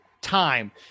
time